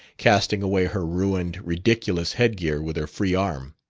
casting away her ruined, ridiculous headgear with her free arm.